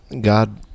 God